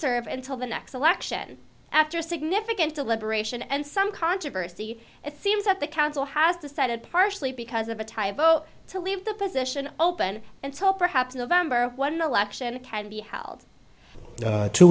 serve until the next election after significant deliberation and some controversy it seems that the council has decided partially because of a tie vote to leave the position open and so perhaps november